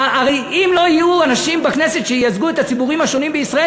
הרי אם לא יהיו בכנסת אנשים שייצגו את הציבורים השונים בישראל,